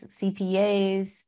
CPAs